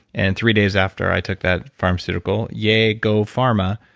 and three days after i took that pharmaceutical yay, go pharma,